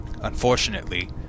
Unfortunately